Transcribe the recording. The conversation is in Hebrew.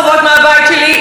והוא יודע,